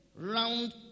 round